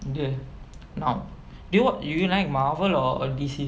you now do you do you like marvel or or D_C